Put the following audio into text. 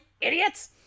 idiots